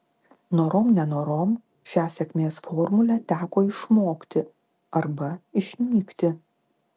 norom nenorom šią sėkmės formulę teko išmokti arba išnykti